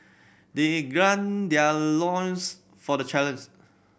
they their loins for the challenge